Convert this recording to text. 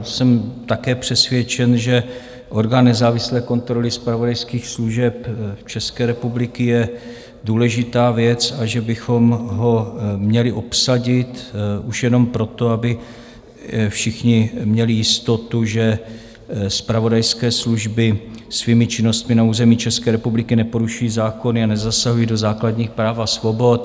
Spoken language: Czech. Jsem také přesvědčen, že orgán nezávislé kontroly zpravodajských služeb České republiky je důležitá věc a že bychom ho měli obsadit už jenom proto, aby všichni měli jistotu, že zpravodajské služby svými činnostmi na území České republiky neporušují zákony a nezasahují do základních práv a svobod.